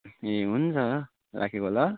ए हुन्छ राखेको ल